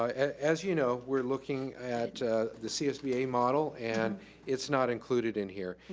as you know, we're looking at the csba model, and it's not included in here.